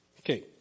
Okay